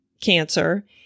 cancer